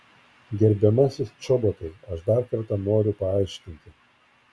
gerbiamasis čobotai aš dar kartą noriu paaiškinti